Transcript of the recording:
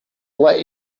let